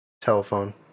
telephone